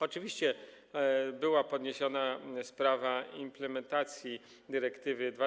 Oczywiście była podniesiona sprawa implementacji dyrektywy 2017/1132.